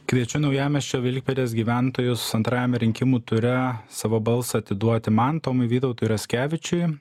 kviečiu naujamiesčio vilkpėdės gyventojus antrajame rinkimų ture savo balsą atiduoti man tomui vytautui raskevičiui